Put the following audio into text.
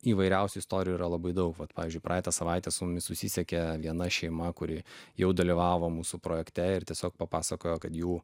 įvairiausių istorijų yra labai daug vat pavyzdžiui praeitą savaitę su mumis susisiekė viena šeima kuri jau dalyvavo mūsų projekte ir tiesiog papasakojo kad jų